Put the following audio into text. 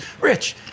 Rich